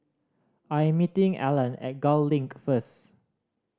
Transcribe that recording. I am meeting Allan at Gul Link first